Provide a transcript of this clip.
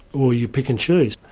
or you pick and choose.